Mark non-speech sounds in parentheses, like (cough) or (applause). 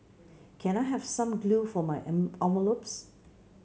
can I have some glue for my (unintelligible) envelopes